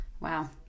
Wow